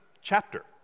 chapter